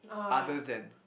other than